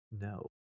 no